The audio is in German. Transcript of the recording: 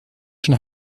schon